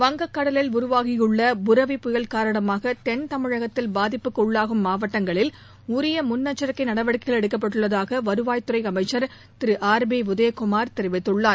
வங்கக் கடலில் உருவாகியுள்ள புரெவி புயல் காரணமாக தென் தமிழகத்தில் பாதிப்புக்குள்ளாகும் மாவட்டங்களில் உரிய முன்னெச்சரிக்கை நடவடிக்கைகள் எடுக்கப்பட்டுள்ளதாக வருவாய்த் துறை அமைச்சர் திரு ஆர் பி உதயகுமார் தெரிவித்துள்ளார்